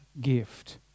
gift